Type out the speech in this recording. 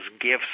gifts